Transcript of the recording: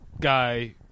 guy